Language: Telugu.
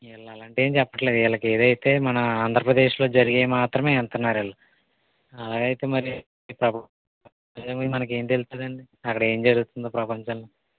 వీళ్ళు అలాంటివేవి చెప్పట్లేదు వీళ్ళుకి ఏదైతే మన ఆంధ్రప్రదేశ్లో జరిగేయి మాత్రమే వేస్తున్నారు వీళ్ళు అలగైతే మరి మనకేం తెలుస్తాయండి అక్కడేం జరుగుతుందో ప్రపంచంలో